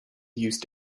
use